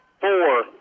four